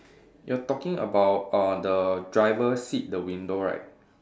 you are talking about uh the driver seat the window right